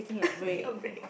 take a break